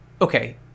Okay